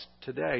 today